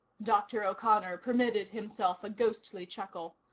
dr. o'connor permitted himself a ghostly chuckle.